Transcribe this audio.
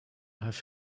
have